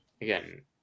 again